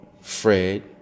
Fred